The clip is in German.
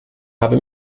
habe